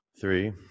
three